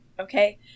okay